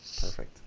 Perfect